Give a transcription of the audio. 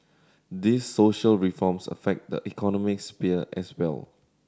these social reforms affect the economic sphere as well